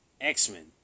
X-Men